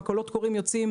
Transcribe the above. הקולות הקוראים יוצאים,